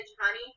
honey